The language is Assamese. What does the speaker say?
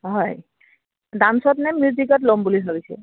হয় ডান্সত নে মিউজিকত ল'ম বুলি ভাবিছে